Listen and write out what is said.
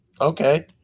Okay